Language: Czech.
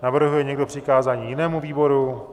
Navrhuje někdo přikázání jinému výboru?